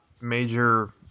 major